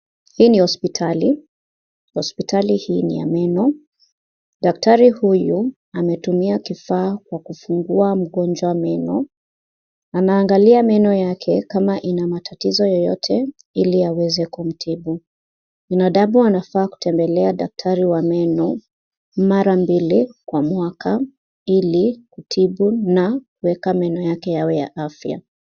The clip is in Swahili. Hii ni hospitali. Hospitali hii ni ya meno. Daktari huyu ametumia kifaa kwa kufungua mgonjwa meno. Anaangalia meno yake kama ina matatizo yoyote ili aweze kumtibu. Binadamu wanafaa kutembelea daktari wa meno mara mbili kwa mwaka ili tibu na kuweka meno yake yawe ya afya.